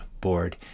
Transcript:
board